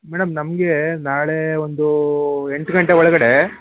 madam ನಮಗೆ ನಾಳೆ ಒಂದು ಎಂಟು ಗಂಟೆ ಒಳ್ಗಡೆ